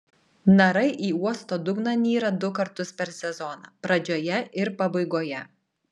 narai į uosto dugną nyra du kartus per sezoną pradžioje ir pabaigoje